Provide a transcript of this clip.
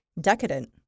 decadent